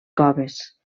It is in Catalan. coves